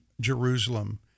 Jerusalem